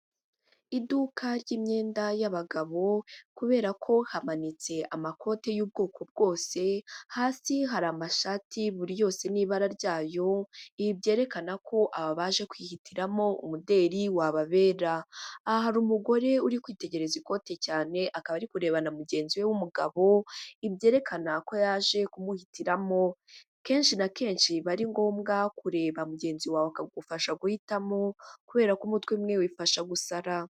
Iduka ry'imyenda y'abagabo kubera ko hamanitse amakote y'ubwoko bwose, hasi hari amashati buri yose n'ibara ryayo, ibi byerekana ko aba baje kwihitiramo umuderi wababera. Aha hari umugore uri kwitegereza ikote cyane akaba ari kureba na mugenzi we w'umugabo ibi byerekana ko yaje kumuhitiramo. Kenshi na kenshi biba ngombwa kureba mugenzi wawe akagufasha guhitamo kubera ko umutwe umwe wifasha gusara.